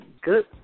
good